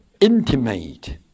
intimate